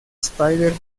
spider